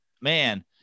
man